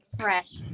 fresh